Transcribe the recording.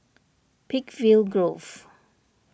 Peakville Grove